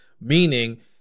Meaning